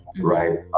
right